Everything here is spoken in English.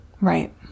Right